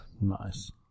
Nice